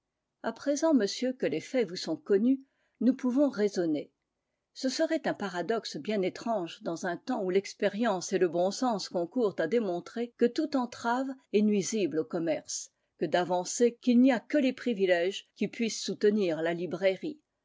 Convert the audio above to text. à présent monsieur que les faits vous sont connus nous pouvons raisonner ce serait un paradoxe bien étrange dans un temps où l'expérience et le bon sens concourent à démontrer que toute entrave est nuisible au commerce que d'avancer qu'il n'y a que les privilèges qui puissent soutenir la librairie